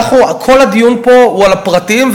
כל הדיון פה הוא על הפרטיים,